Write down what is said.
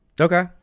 okay